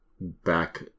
back